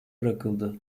bırakıldı